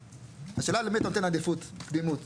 השאלה למי אתה נותן עדיפות, קדימות.